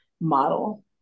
model